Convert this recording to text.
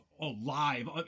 alive